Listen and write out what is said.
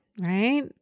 right